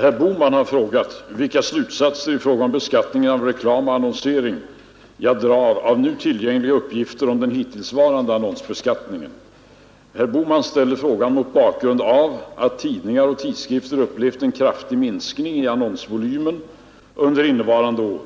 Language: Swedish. Herr Bohman har frågat mig, vilka slutsatser ifråga om beskattningen av reklam och annonsering jag drar av nu tillgängliga uppgifter om den hittillsvarande annonsbeskattningen. Herr Bohman ställer frågan mot bakgrund av att tidningar och tidskrifter upplevt en kraftig minskning i annonsvolymen under innevarande år,